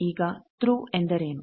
ಈಗ ಥ್ರೂ ಎಂದರೇನು